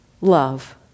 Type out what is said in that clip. love